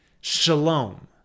Shalom